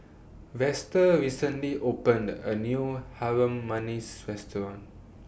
Vester recently opened A New Harum Manis Restaurant